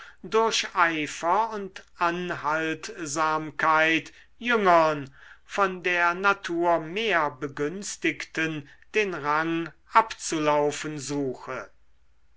durch eifer und anhaltsamkeit jüngern von der natur mehr begünstigten den rang abzulaufen suche